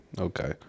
Okay